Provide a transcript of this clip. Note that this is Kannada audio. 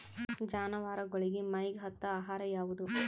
ಜಾನವಾರಗೊಳಿಗಿ ಮೈಗ್ ಹತ್ತ ಆಹಾರ ಯಾವುದು?